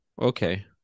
Okay